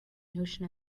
notion